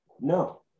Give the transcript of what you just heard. No